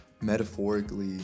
metaphorically